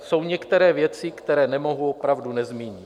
Jsou některé věci, které nemohu opravdu nezmínit.